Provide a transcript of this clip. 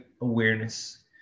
awareness